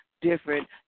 different